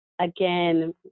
again